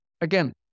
again